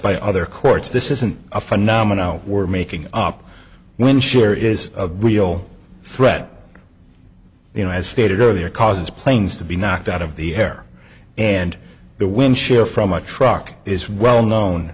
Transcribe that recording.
by other courts this isn't a phenomenon we're making up when share is a real threat you know as stated earlier causes planes to be knocked out of the air and the wind shear from a truck is well known